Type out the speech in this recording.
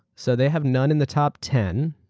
so they have none in the top ten.